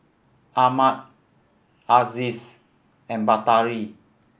Ahmad Aziz and Batari